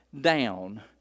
down